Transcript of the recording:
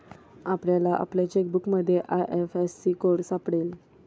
आपल्याला आपल्या चेकबुकमध्ये आय.एफ.एस.सी कोड सापडेल